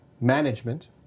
management